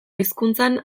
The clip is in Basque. hizkuntzan